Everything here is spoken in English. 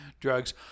drugs